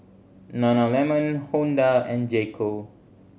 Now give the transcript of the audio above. Nana Lemon Honda and J Co